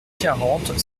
quarante